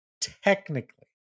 technically